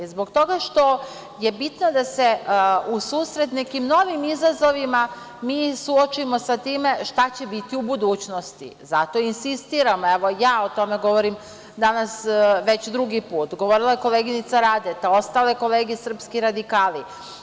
Zbog toga što je bitno da se u susret nekim novim izazovima mi suočimo sa time šta će biti u budućnosti, zato insistiram, evo ja, o tome govorim danas već drugi put, govorila je koleginica Radeta, ostale kolege srpski radikali.